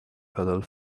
puddle